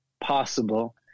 possible